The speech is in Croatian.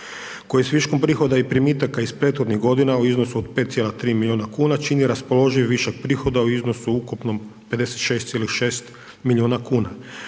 koji s viškom prihoda i primitaka iz prethodnih godina u iznosu od 5,3 milijuna kuna čini raspoloživi višak prihoda u iznosu ukupnom 56,6 milijuna kuna.